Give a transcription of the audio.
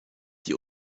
die